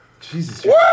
Jesus